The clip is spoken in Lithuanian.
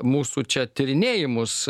mūsų čia tyrinėjimus